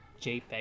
JPEG